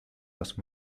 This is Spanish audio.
las